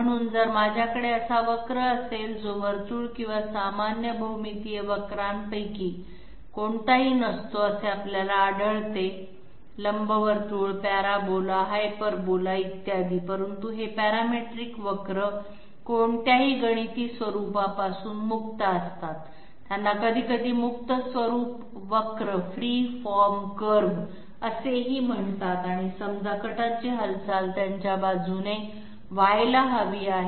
म्हणून जर माझ्याकडे असा कर्वीलिनीअर असेल जो वर्तुळ किंवा सामान्य भौमितीय वक्रांपैकी कोणताही नसतो असे आपल्याला आढळते लंबवर्तुळ पॅराबोला हायपरबोला इत्यादी परंतु हे पॅरामेट्रिक कर्वीलिनीअर कोणत्याही गणिती स्वरूपापासून मुक्त असतात त्यांना कधीकधी मुक्त स्वरूप कर्वीलिनीअर असेही म्हणतात आणि समजा कटरची हालचाल त्यांच्या बाजूने व्हायला हवी आहे